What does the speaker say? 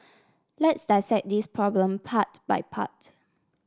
let's dissect this problem part by part